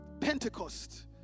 Pentecost